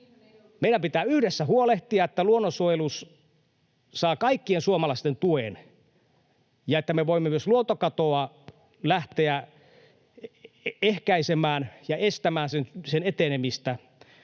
Meidän pitää yhdessä huolehtia, että luonnonsuojelu saa kaikkien suomalaisten tuen ja että me voimme myös luontokatoa lähteä ehkäisemään ja estämään sen etenemistä.